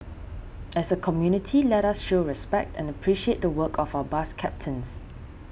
as a community let us show respect and appreciate the work of our bus captains